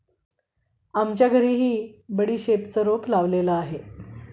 आमच्या घरीही बडीशेपचे रोप लावलेले आहे